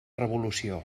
revolució